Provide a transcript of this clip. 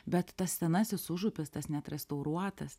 bet tas senasis užupis tas neatrestauruotas